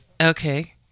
Okay